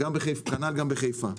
כנ"ל גם בחיפה.